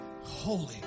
holy